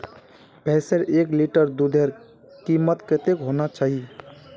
भैंसेर एक लीटर दूधेर कीमत कतेक होना चही?